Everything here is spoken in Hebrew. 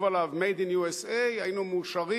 עליו "made in the USA" היינו מאושרים,